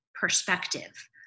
perspective